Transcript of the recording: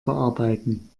bearbeiten